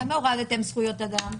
למה הורדתם זכויות אדם?